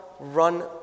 run